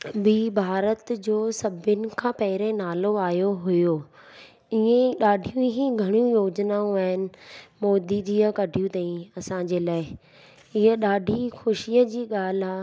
बि भारत जो सभिनि खां पहिरियों नालो आहियो हुओ ईअं ई ॾाढियूं ई घड़ियूं योजनाऊं आहिनि मोदी जीअं कढियूं अथईं असांजे लाइ इहा ॾाढी ख़ुशीअ जी ॻाल्हि आहे